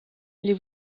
les